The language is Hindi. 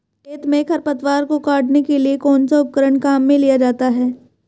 खेत में खरपतवार को काटने के लिए कौनसा उपकरण काम में लिया जाता है?